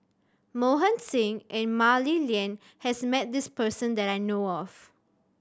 Mohan Singh and Mah Li Lian has met this person that I know of